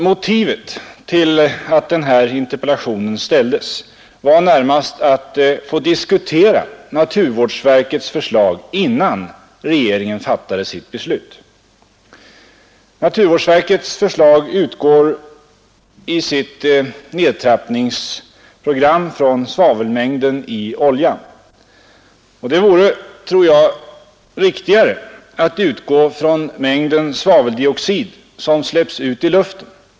Motivet till att den här interpellationen ställdes var närmast att få diskutera naturvårdsverkets förslag innan regeringen fattade sitt beslut. Naturvårdsverkets förslag utgår i sitt nedtrappningsprogram från svavelmängden ö oljan. Det vore, tror jag, riktigare att utgå från mängden svaveldioxid som släpps ut i luften.